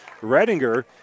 Redinger